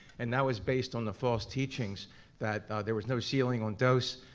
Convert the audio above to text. and that was based on the false teachings that there was no ceiling on dose,